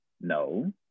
No